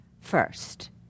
first